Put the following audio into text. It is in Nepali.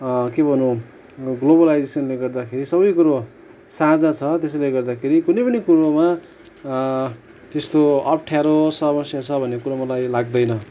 के भनौँ ग्लोबलाइजेसनले गर्दाखेरि सबै कुरा साझा छ त्यसैले गर्दाखेरि कुनै पनि कुरोमा त्यस्तो अप्ठ्यारो समस्या छ भन्ने कुरो मलाई लाग्दैन